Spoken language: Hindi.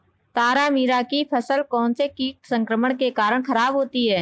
तारामीरा की फसल कौनसे कीट संक्रमण के कारण खराब होती है?